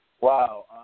Wow